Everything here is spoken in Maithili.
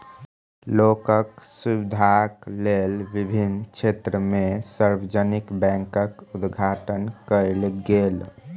लोकक सुविधाक लेल विभिन्न क्षेत्र में सार्वजानिक बैंकक उद्घाटन कयल गेल